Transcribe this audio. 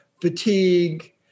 fatigue